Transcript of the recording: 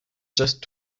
just